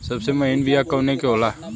सबसे महीन बिया कवने के होला?